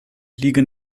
liegen